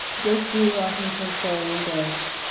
this view washington fully indorsed,